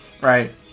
right